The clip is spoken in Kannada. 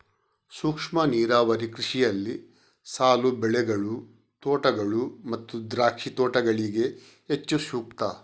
ಸೂಕ್ಷ್ಮ ನೀರಾವರಿ ಕೃಷಿಯಲ್ಲಿ ಸಾಲು ಬೆಳೆಗಳು, ತೋಟಗಳು ಮತ್ತು ದ್ರಾಕ್ಷಿ ತೋಟಗಳಿಗೆ ಹೆಚ್ಚು ಸೂಕ್ತ